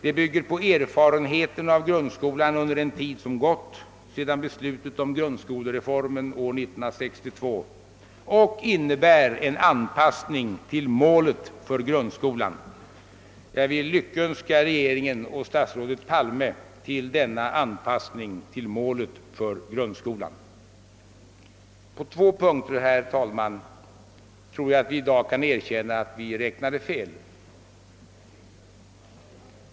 Det bygger på erfarenheterna av grundskolan under den tid som gått sedan beslutet om grundskolereformen år 1962 och innebär en anpassning till målet för grundskolan.» Jag vill lyckönska regeringen och statsrådet Palme till denna anpassning till målet för grundskolan. På två punkter tror jag emellertid att vi i dag kan erkänna att vi räknat fel.